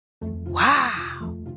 Wow